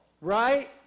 right